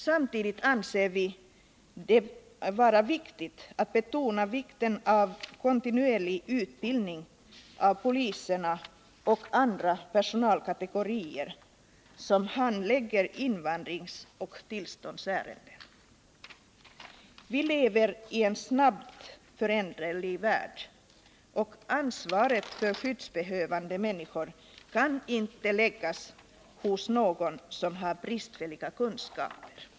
Samtidigt vill vi betona vikten av kontinuerlig utbildning av poliserna och andra personalkategorier som handlägger invandringsoch tillståndsärenden. Vi lever i en snabbt föränderlig värld, och ansvaret för skyddsbehövande människor kan inte läggas hos någon som har bristfälliga kunskaper.